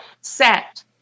set